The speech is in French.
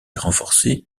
renforcé